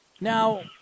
Now